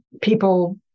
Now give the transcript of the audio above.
people